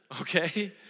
okay